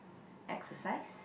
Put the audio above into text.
exercise